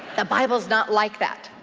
the bible's not like that.